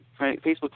Facebook